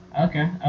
Okay